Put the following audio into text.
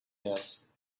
house